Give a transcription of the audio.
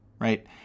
right